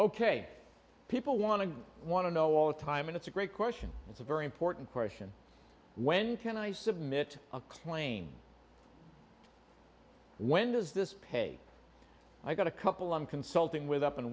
ok people want to want to know all the time and it's a great question it's a very important question when can i submit a claim when does this pay i've got a couple of consulting with up